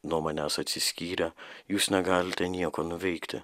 nuo manęs atsiskyrę jūs negalite nieko nuveikti